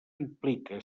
implica